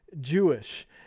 Jewish